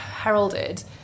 heralded